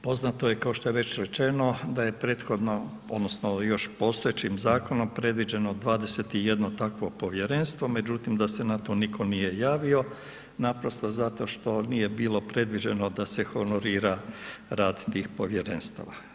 Poznato je kao što je već rečeno, da je prethodno odnosno još postojećim zakonom predviđeno 21 takvo povjerenstvo, međutim da se na to nitko nije javio naprosto zato što nije bilo predviđeno da se honorira rad tih povjerenstava.